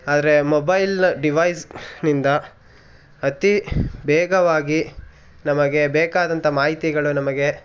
ಆದರೆ mobile device ನಿಂದ ಅತಿ ವೇಗವಾಗಿ ನಮಗೆ ಬೇಕಾದಂಥ ಮಾಹಿತಿಗಳು ನಮಗೆ